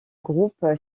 groupe